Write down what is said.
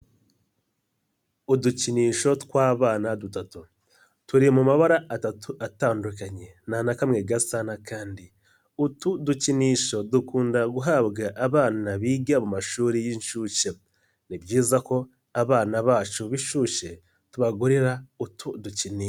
Udukinisho tw'abana dutatu turi mu mabara atatu atandukanye nta na kamwe gasa n'akandi, utu dukinisho dukunda guhabwa abana biga mu mashuri y'inshuke, ni byiza ko abana bacu binshuke tubagurira utu dukinisho.